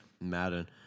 Madden